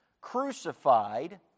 crucified